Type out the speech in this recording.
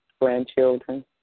grandchildren